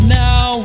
now